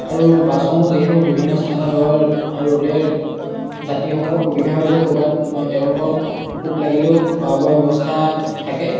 আৰু বাছসমূহ যিহেতু বিভিন্ন স্থানত ৰয় আৰু ৰ'লে যাত্ৰীসকলৰ সুবিধা হয় যে ক'ৰবাত তেওঁলোকক ভোক লাগিলেও খোৱা বোৱা ব্যৱস্থা থাকে